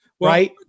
Right